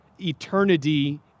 Eternity